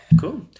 Cool